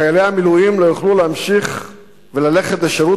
חיילי המילואים לא יוכלו להמשיך וללכת לשירות